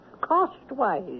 cost-wise